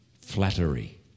flattery